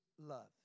love